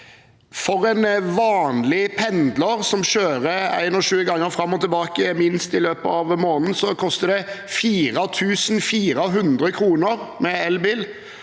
For en vanlig pendler som kjører minst 21 ganger fram og tilbake i løpet av måneden, koster det 4 400 kr med elbil